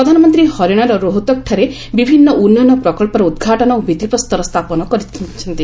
ପ୍ରଧାନମନ୍ତ୍ରୀ ହରିୟାଣାର ରୋହ୍ତକ୍ଠାରେ ବିଭିନ୍ନ ଉନ୍ନୟନ ପ୍ରକଳ୍ପର ଉଦ୍ଘାଟନ ଓ ଭିଭିପ୍ରସ୍ତର ସ୍ଥାପନ କରିଥିଲେ